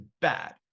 bad